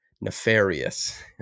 nefarious